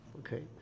Okay